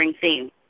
theme